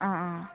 ꯑꯥ ꯑꯥ